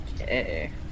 Okay